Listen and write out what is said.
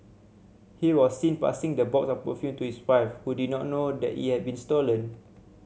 he was seen passing the box of perfume to his wife who did not know that it had been stolen